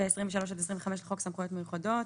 ו- 23 עד 25 לחוק סמכויות מיוחדות